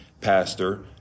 pastor